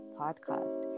podcast